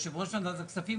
יו"ר ועדת הכספים,